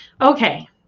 Okay